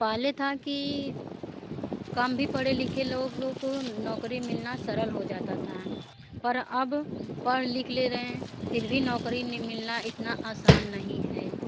पहले था कि कम भी पढ़े लिखे लोगों को नौकरी मिलना सरल हो जाता था पर अब पढ़ लिख ले रहें फिर भी नौकरी ने मिलना इतना आसान नहीं है